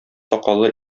сакаллы